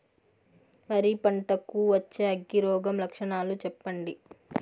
వరి పంట కు వచ్చే అగ్గి రోగం లక్షణాలు చెప్పండి?